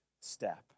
step